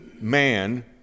man